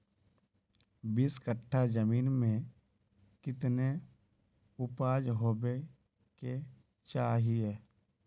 बीस कट्ठा जमीन में कितने उपज होबे के चाहिए?